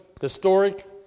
historic